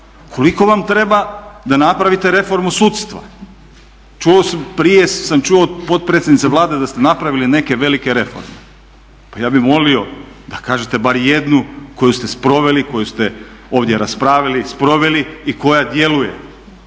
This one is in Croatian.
koliko vam treba da napravite reformu sudstva. Prije sam čuo od potpredsjednice Vlade da ste napravili neke velike reforme. Pa ja bih molio da kažete bar jednu koju ste sproveli, koju ste ovdje raspravili i sproveli i koja djeluje.